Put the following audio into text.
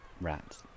rats